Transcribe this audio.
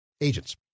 Agents